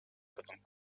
kadın